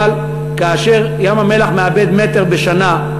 אבל כאשר ים-המלח מאבד מטר בשנה,